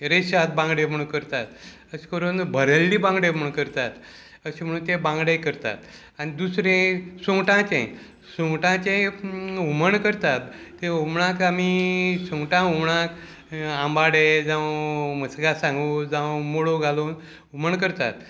रेशात बांगडे म्हूण करतात अशें करून भरल्ली बांगडे म्हूण करतात अशें म्हणून तें बांगडे करतात आनी दुसरें सुंगटाचें सुंगटाचें हुमण करतात तें हुमणाक आमी सुंगटां हुमणाक आंबाडे जावं म्हज्या सांगू जावं मोळो घालून हुमण करतात